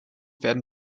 werden